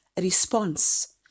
Response